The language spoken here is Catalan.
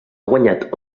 guanyat